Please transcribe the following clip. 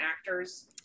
actors